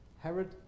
Herod